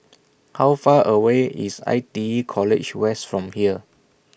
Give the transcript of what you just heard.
How Far away IS I T E College West from here